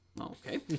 Okay